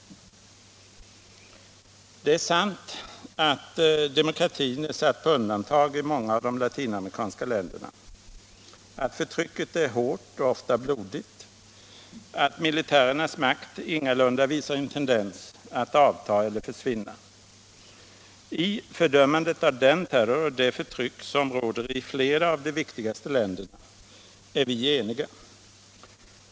Det är sant att demokratin är satt på undantag i många av de latinamerikanska länderna, att förtrycket är hårt och ofta blodigt, att militärernas makt ingalunda visar tendens att avta eller försvinna. I fördömandet av den terror och det förtryck som råder i flera av de viktigaste länderna är vi eniga.